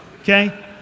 okay